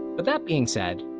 but that being said,